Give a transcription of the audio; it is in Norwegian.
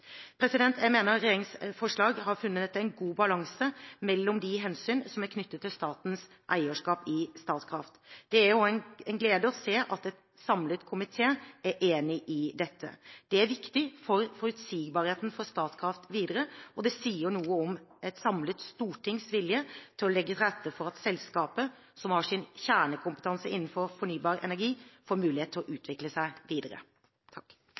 funnet en god balanse mellom de hensyn som er knyttet til statens eierskap i Statkraft. Det er også en glede å se at en samlet komité er enig i dette. Det er viktig for forutsigbarheten for Statkraft videre, og det sier også noe om et samlet stortings vilje til å legge til rette for at selskapet, som har sin kjernekompetanse innenfor fornybar energi, får mulighet til å utvikle seg videre.